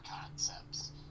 concepts